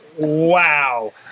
wow